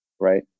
Right